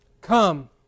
Come